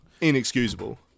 inexcusable